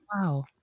Wow